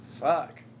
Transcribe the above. Fuck